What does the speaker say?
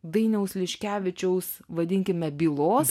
dainiaus liškevičiaus vadinkime bylos